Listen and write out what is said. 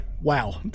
wow